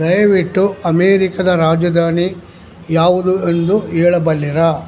ದಯವಿಟ್ಟು ಅಮೆರಿಕದ ರಾಜಧಾನಿ ಯಾವುದು ಎಂದು ಹೇಳಬಲ್ಲಿರಾ